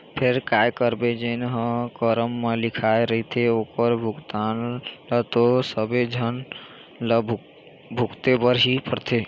फेर काय करबे जेन ह करम म लिखाय रहिथे ओखर भुगतना ल तो सबे झन ल भुगते बर ही परथे